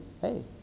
Hey